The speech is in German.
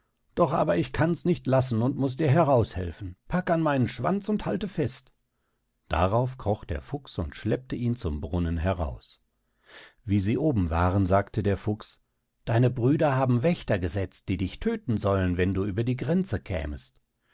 doch aber kann ichs nicht lassen und muß dir heraushelfen pack an meinen schwanz und halte fest darauf kroch der fuchs und schleppte ihn zum brunnen heraus wie sie oben waren sagte der fuchs deine brüder haben wächter gesetzt die dich tödten sollen wenn du über die grenze kämest